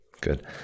Good